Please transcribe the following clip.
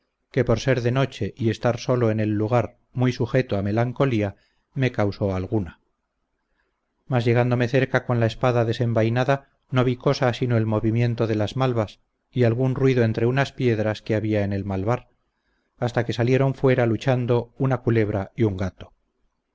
que por ser de noche y estar solo en el lugar muy sujeto a melancolía me causó alguna mas llegándome cerca con la espada desenvainada no vi cosa sino el movimiento de las malvas y algún ruido entre unas piedras que había en el malvar hasta que salieron fuera luchando una culebra y un gato